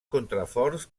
contraforts